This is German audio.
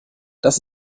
das